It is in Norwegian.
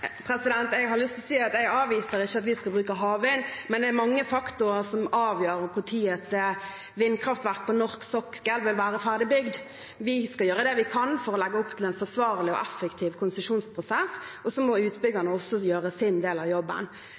Jeg har lyst til å si at jeg avviser ikke at vi skal bruke havvind, men det er mange faktorer som avgjør når et vindkraftverk på norsk sokkel vil være ferdig bygget. Vi skal gjøre det vi kan for å legge opp til en forsvarlig og effektiv konsesjonsprosess, og så må utbyggerne også gjøre sin del av jobben.